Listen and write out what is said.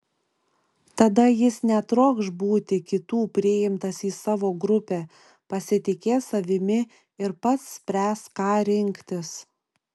tada jis netrokš būti kitų priimtas į savo grupę pasitikės savimi ir pats spręs ką rinktis